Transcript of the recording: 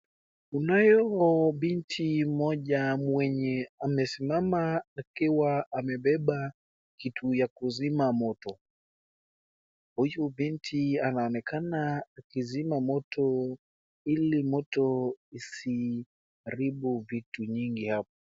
Tunayo binti mmoja mwenye amesimama akiwa amebeba kitu ya kuzima moto. Huyu binti anaonekana akizima moto ili moto isiharibu vitu nyingi hapo.